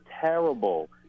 terrible